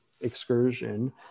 excursion